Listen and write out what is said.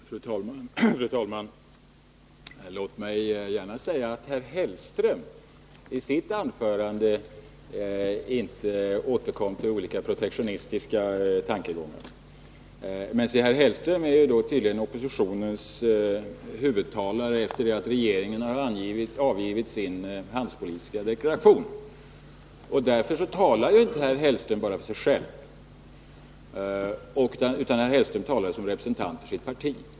Fru talman! Låt mig gärna säga att herr Hellström i sitt anförande inte återkom till olika protektionistiska tankegångar. Men herr Hellström är tydligen oppositionens huvudtalare efter det att regeringen har avgivit sin handelspolitiska deklaration, och därför talar herr Hellström inte bara för sig själv, utan han talar som representant för sitt parti.